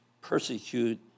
persecute